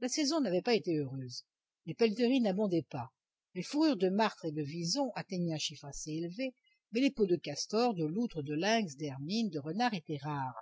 la saison n'avait pas été heureuse les pelleteries n'abondaient pas les fourrures de martre et de wison atteignaient un chiffre assez élevé mais les peaux de castor de loutre de lynx d'hermine de renard étaient rares